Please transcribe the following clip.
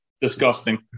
disgusting